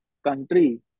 country